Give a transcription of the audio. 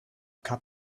cup